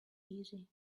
easy